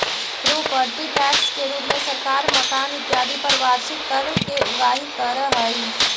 property tax के रूप में सरकार मकान इत्यादि पर वार्षिक कर के उगाही करऽ हई